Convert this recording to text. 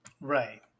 Right